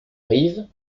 rive